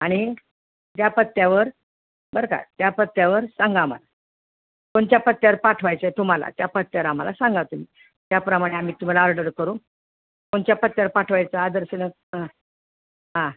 आणि ज्या पत्त्यावर बर का त्या पत्त्यावर सांगा आम्हाला कोणच्या पत्त्यावर पाठवायचं आहे तुम्हाला त्या पत्त्यावर आम्हाला सांगा तुम्ही त्याप्रमाणे आम्ही तुम्हाला ऑर्डर करू कोणच्या पत्त्यावर पाठवायचं आदर्शन अं आं